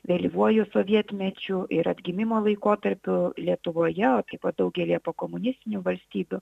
vėlyvuoju sovietmečiu ir atgimimo laikotarpiu lietuvoje o taip pat daugelyje pokomunistinių valstybių